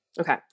Okay